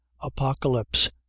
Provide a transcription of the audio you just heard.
apocalypse